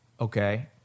okay